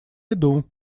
иду